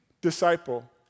disciple